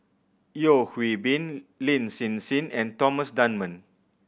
Yeo Hwee Bin Lin Hsin Hsin and Thomas Dunman